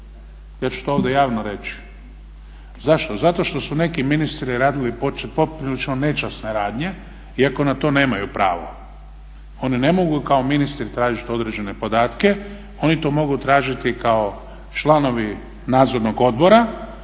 Ja ću to ovdje javno reći. Zašto? Zato što su neki ministri radili poprilično nečasne radnje iako na to nemaju pravo. Oni ne mogu kao ministri tražiti određene podatke, oni to mogu tražiti kao članovi nadzornog odbora